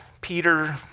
Peter